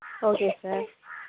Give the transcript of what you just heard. okay sir